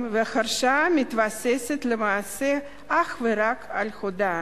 וההרשעה מתבססת למעשה אך ורק על הודאה.